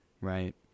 right